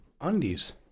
undies